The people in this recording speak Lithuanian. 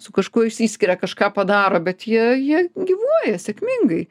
su kažkuo išsiskiria kažką padaro bet jie jie gyvuoja sėkmingai